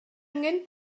angen